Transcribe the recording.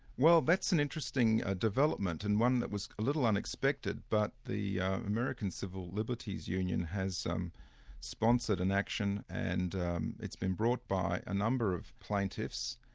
well that's an interesting ah development, and one that was a little unexpected, but the american civil liberties union has sponsored an action, and it's been brought by a number of plaintiffs,